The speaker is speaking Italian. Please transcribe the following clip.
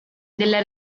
della